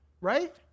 right